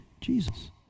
Jesus